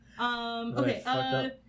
Okay